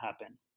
happen